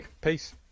peace